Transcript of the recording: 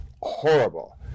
Horrible